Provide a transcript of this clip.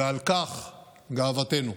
ועל כך גאוותנו.